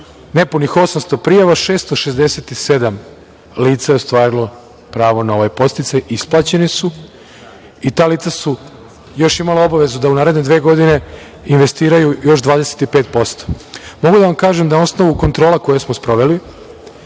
nepunih 800 prijava, 667 lica je ostvarilo pravo na ovaj podsticaj, isplaćeni su i ta lica još imala obavezu da u naredne dve godine investiraju još 25%. Mogu da vam kažem da na osnovu kontrola koje smo sproveli,